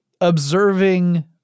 observing